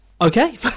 Okay